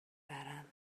برم